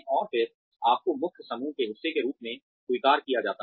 और फिर आपको मुख्य समूह के हिस्से के रूप में स्वीकार किया जाता है